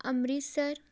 Amritsar